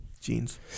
jeans